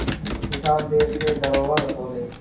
किसान देस के धरोहर होलें